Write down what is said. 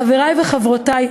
חברי וחברותי,